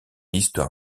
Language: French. histoire